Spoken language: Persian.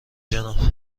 جناب